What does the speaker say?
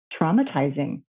traumatizing